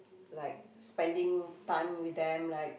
like spending time with them like